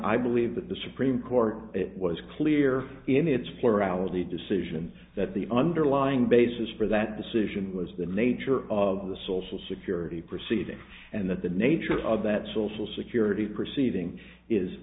i believe that the supreme court it was clear in its plurality decisions that the underlying basis for that decision was the nature of the social security proceeding and that the nature of that social security proceeding is